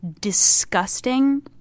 disgusting